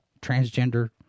transgender